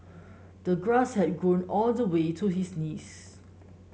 the grass had grown all the way to his knees